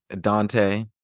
Dante